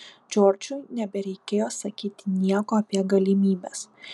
džordžui nebereikėjo sakyti nieko apie galimybes